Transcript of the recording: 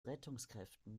rettungskräften